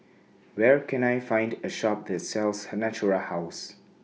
Where Can I Find A Shop that sells Natura House